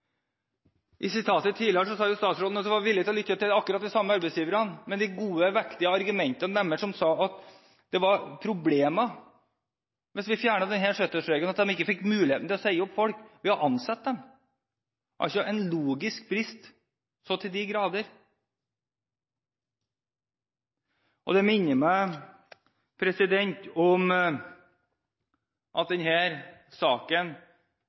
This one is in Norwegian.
I sitatet tidligere sa statsråden at hun var villig til å lytte til akkurat de samme arbeidsgiverne, men de gode og vektige argumentene deres som sa at problemet hvis vi fjernet denne 70-årsregelen, var at de ikke fikk muligheten til å si opp folk ved å ansette dem, er altså en logisk brist så til de grader. Det minner meg om at denne saken